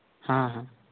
ହଁ ହଁ